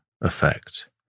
effect